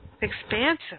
expansive